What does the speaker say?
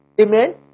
Amen